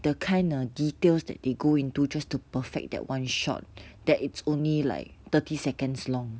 the kind of details that they go into just to perfect that [one] shot that is only like thirty seconds long